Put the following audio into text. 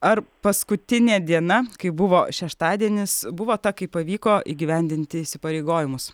ar paskutinė diena kai buvo šeštadienis buvo ta kai pavyko įgyvendinti įsipareigojimus